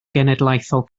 genedlaethol